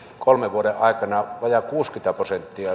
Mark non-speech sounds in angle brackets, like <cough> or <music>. kolmen vuoden aikana vajaa kuusikymmentä prosenttia <unintelligible>